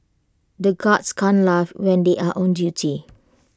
the guards can't laugh when they are on duty